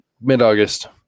mid-August